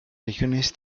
regiones